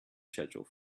schedule